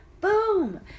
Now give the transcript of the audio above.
boom